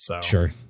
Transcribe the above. Sure